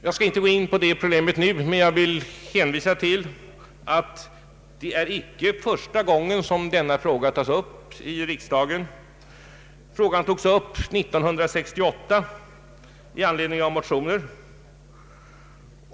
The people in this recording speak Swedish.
Jag skall inte nu gå in på det problemet, men jag vill hänvisa till att det icke är första gången som denna fråga tas upp i riksdagen. Frågan togs upp år 1968 i anledning av motioner.